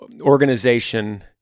organization